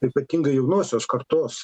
ypatingai jaunosios kartos